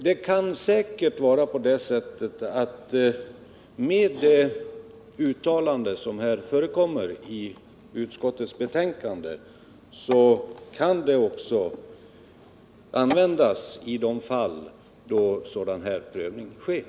Det uttalande som utskottet gör i sitt betänkande kan användas i de fall där sådan här prövning sker.